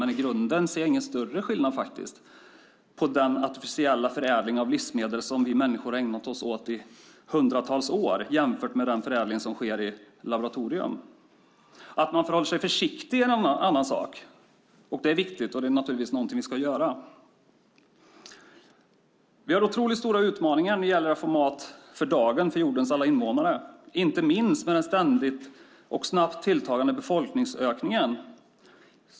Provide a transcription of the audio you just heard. Men i grunden ser jag ingen större skillnad på den artificiella förädling av livsmedel som vi människor har ägnat oss åt i hundratals år jämfört med den förädling som sker i laboratorium. Att vi är försiktiga är en annan sak. Det är viktigt, och det är naturligtvis någonting vi ska vara. Vi har otroligt stora utmaningar i att få mat för dagen till jordens alla invånare. Det gäller inte minst med den ständigt närvarande och snabbt tilltagande befolkningsökningen.